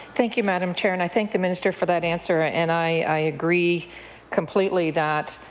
thank you, madam chair. and i thank the minister for that answer. and i agree completely that